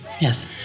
Yes